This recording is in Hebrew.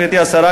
גברתי השרה,